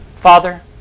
Father